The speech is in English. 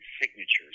signatures